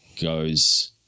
goes